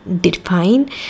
define